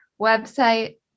website